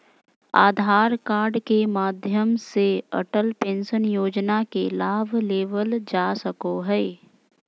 आधार card के माध्यम से अटल पेंशन योजना के लाभ लेवल जा सको हय